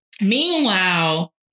Meanwhile